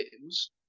games